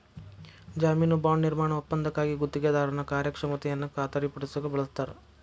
ಜಾಮೇನು ಬಾಂಡ್ ನಿರ್ಮಾಣ ಒಪ್ಪಂದಕ್ಕಾಗಿ ಗುತ್ತಿಗೆದಾರನ ಕಾರ್ಯಕ್ಷಮತೆಯನ್ನ ಖಾತರಿಪಡಸಕ ಬಳಸ್ತಾರ